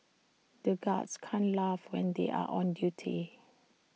the guards can't laugh when they are on duty